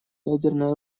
ядерное